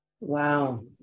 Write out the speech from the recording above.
Wow